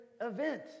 event